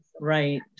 Right